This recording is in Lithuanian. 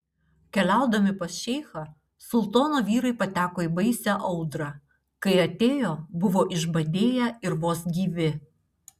keliaudami pas šeichą sultono vyrai pateko į baisią audrą kai atėjo buvo išbadėję ir vos gyvi